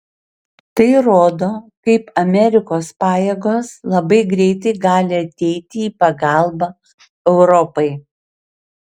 tai rodo kaip amerikos pajėgos labai greitai gali ateiti į pagalbą europai